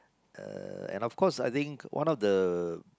uh and of course I think one of the